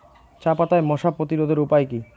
চাপাতায় মশা প্রতিরোধের উপায় কি?